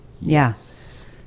Yes